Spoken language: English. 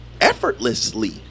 Effortlessly